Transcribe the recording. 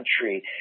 country